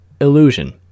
Illusion